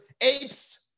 apes